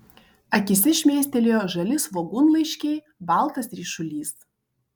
akyse šmėstelėjo žali svogūnlaiškiai baltas ryšulys